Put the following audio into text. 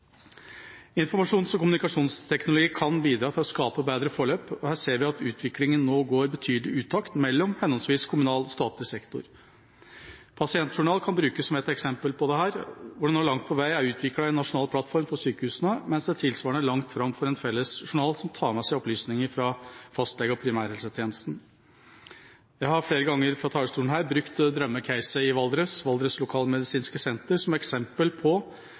Informasjons- og kommunikasjonsteknologi kan bidra til å skape bedre forløp. Vi ser at utviklingen nå går betydelig i utakt i henholdsvis kommunal og statlig sektor. Pasientjournaler kan brukes som et eksempel på dette. Det er nå langt på vei utviklet en nasjonal plattform for sykehusene, mens det tilsvarende er langt fram til en felles journal som tar med seg opplysninger fra fastlege og primærhelsetjeneste. Jeg har flere ganger fra denne talerstolen brukt «drømme-caset» i Valdres, Valdres lokalmedisinske senter, som eksempel på